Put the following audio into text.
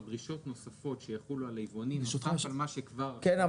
כלומר דרישות נוספות שיחולו על היבואנים נוסף על מה שכבר --- כן,